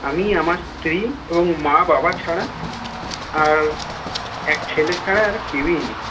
আমি আমার স্ত্রী এবং মা বাবা ছাড়া আর এক ছেলে ছাড়া আর কেউই নেই